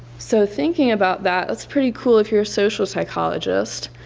so thinking about that it's pretty cool if you're a social psychologist,